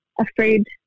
afraid